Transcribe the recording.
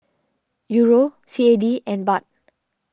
Euro C A D and Baht